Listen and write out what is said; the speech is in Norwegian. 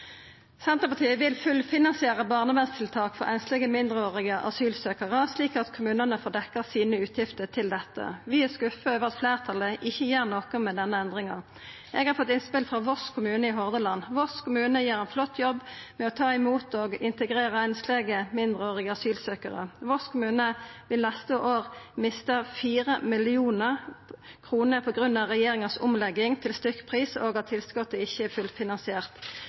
Senterpartiet vil fullfinansiera barnevernstiltak for einslege mindreårige asylsøkjarar, slik at kommunane får dekt utgiftene sine til dette. Vi er skuffa over at fleirtalet ikkje gjer noko med denne endringa. Eg har fått innspel frå Voss kommune i Hordaland. Voss kommune gjer ein flott jobb med å ta imot og integrera einslege mindreårige asylsøkjarar. Voss kommune vil neste år mista 4 mill. kr på grunn av regjeringa si omlegging til stykkpris og at tilskotet ikkje er fullfinansiert.